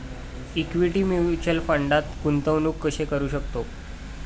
Equity mutual फंडात गुंतवणूक कशी करू शकतो?